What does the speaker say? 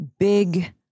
Big